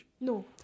No